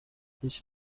هیچ